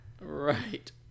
Right